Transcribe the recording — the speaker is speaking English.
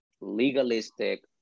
legalistic